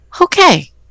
Okay